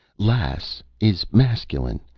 lass is masculine,